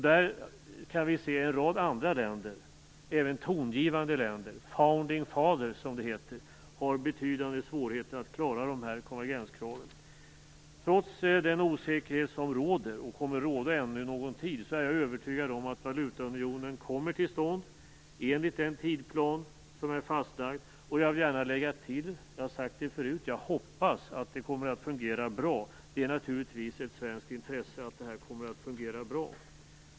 Vi kan se att en rad andra länder, även tongivande länder - founding fathers, som det heter - har betydande svårigheter att klara konvergenskraven. Trots den osäkerhet som råder och som kommer att råda ännu någon tid, är jag övertygad om att valutaunionen kommer till stånd enligt den tidsplan som är fastlagd. Jag vill gärna lägga till - jag har sagt det förut - att jag hoppas att det kommer att fungera bra. Det är naturligtvis ett svenskt intresse att det kommer att göra det.